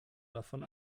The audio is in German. davon